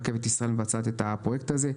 רכבת ישראל מבצעת את הפרויקט הזה,